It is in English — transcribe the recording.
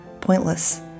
pointless